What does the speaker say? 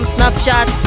Snapchat